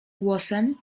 głosem